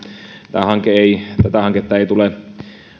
tätä hanketta ei tule